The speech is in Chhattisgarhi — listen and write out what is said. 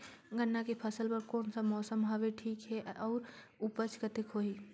गन्ना के फसल बर कोन सा मौसम हवे ठीक हे अउर ऊपज कतेक होही?